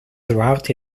throughout